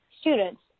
students